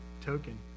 token